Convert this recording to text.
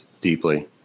deeply